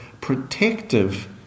protective